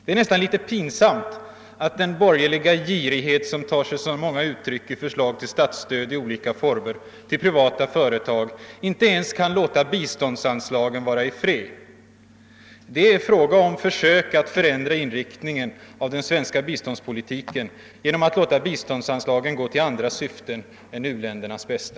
Det är nästan litet pinsamt att den borgerliga girighet, som tar sig så många uttryck i förslag till statsstöd i olika former till privata företag, inte ens kan låta biståndsanslagen vara i fred. Det är fråga om försök att förändra inriktningen av den svenska biståndspolitiken genom att låta biståndsanslagen gå till andra syften än u-ländernas bästa.